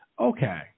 okay